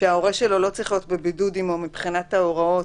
שההורה שלו לא צריך להיות בבידוד מבחינת ההוראות,